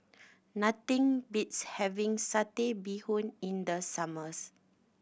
nothing beats having Satay Bee Hoon in the summers